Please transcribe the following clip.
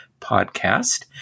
podcast